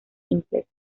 simples